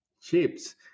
chips